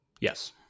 Yes